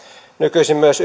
nykyisin myös